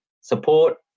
support